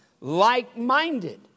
like-minded